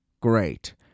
Great